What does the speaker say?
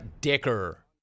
Dicker